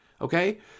Okay